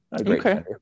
okay